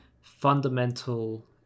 fundamental